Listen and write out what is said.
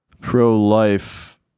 pro-life